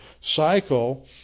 cycle